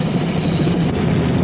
he